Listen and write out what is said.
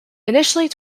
initially